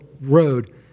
road